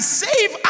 save